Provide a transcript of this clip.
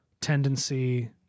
tendency